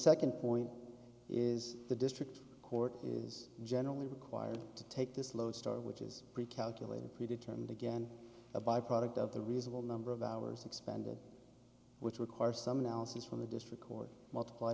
second point is the district court is generally required to take this lodestar which is pre calculated pre determined again a by product of the reasonable number of hours expended which require some analysis from the district court multipl